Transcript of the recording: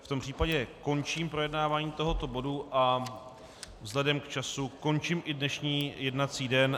V tom případě končím projednávání tohoto bodu a vzhledem k času končím i dnešní jednací den.